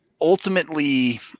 ultimately